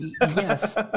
yes